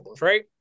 Right